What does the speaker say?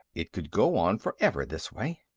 it could go on forever this way.